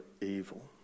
evil